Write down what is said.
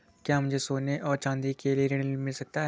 क्या मुझे सोने और चाँदी के लिए ऋण मिल सकता है?